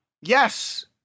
Yes